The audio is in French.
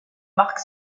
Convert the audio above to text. marque